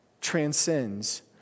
transcends